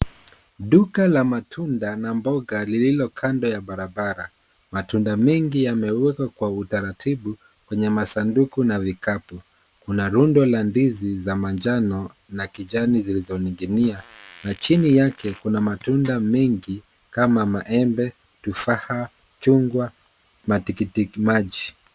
Duka la matunda na mboga lililo kando ya barabara . Matunda mengi ameauweka kwa utaratibu kwenye masanduku na vikapu . Kuna rundo za ndizi za manjano na kijani zilizoninginia na chini yake kuna matunda wengine kama maembe ,tufaha chungwa matikitimaji.